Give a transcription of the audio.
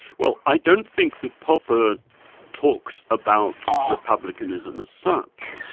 well i don't think that popper talked about republicanism as such,